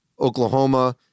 Oklahoma